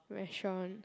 restaurant